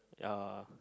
yeah